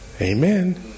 Amen